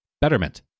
Betterment